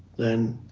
then